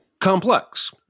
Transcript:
complex